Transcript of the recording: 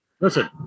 listen